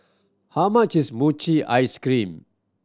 how much is mochi ice cream